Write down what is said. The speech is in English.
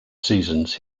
seasons